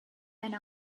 and